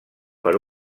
per